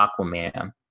Aquaman